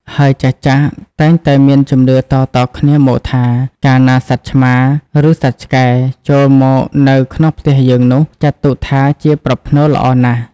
ហើយចាស់ៗតែងតែមានជំនឿតៗគ្នាមកថា កាលណាសត្វឆ្មា ឬសត្វឆ្កែ ចូលមកនៅក្នុងផ្ទះយើងនោះ ចាត់ទុកថាជាប្រផ្នូលល្អណាស់។